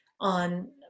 on